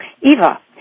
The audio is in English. Eva